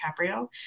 DiCaprio